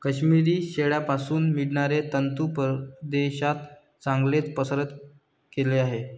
काश्मिरी शेळ्यांपासून मिळणारे तंतू परदेशात चांगलेच पसंत केले जातात